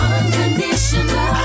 unconditional